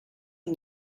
and